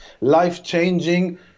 Life-changing